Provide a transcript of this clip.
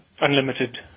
unlimited